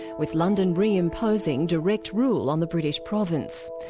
with london reimposing direct rule on the british province.